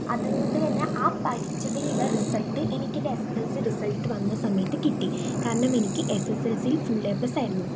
അതുകൊണ്ട്തന്നെ ആ പഠിച്ചതിനുള്ള റിസൾട്ട് എനിക്ക് എൻറ്റെ S S L C result വന്ന സമയത്തു കിട്ടി കാരണം എനിക്ക് എസ് എസ് എൽ സിയിൽ ഫുൾ എ പ്ലസ് ആയിരുന്നു